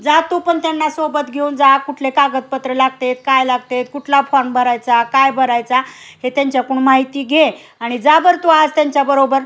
जा तू पण त्यांना सोबत घेऊन जा कुठले कागदपत्र लागतात काय लागतात कुठला फॉर्न भरायचा काय भरायचा हे त्यांच्याकडून माहिती घे आणि जा बरं तू आज त्यांच्याबरोबर